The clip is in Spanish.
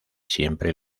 siempre